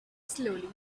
slowly